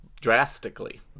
Drastically